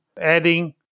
adding